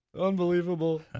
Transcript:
Unbelievable